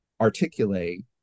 articulate